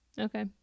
okay